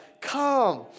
come